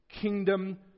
kingdom